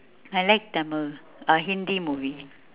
I like tamil hindi movie